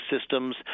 systems